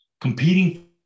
competing